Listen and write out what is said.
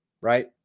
right